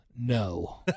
No